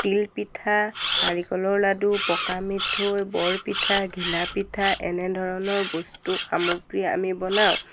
তিলপিঠা নাৰিকলৰ লাডু পকা মিঠৈ বৰপিঠা ঘিলাপিঠা এনেধৰণৰ বস্তু সামগ্ৰী আমি বনাওঁ